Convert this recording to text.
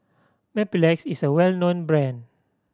Mepilex is well known brand